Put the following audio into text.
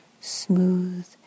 smooth